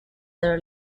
their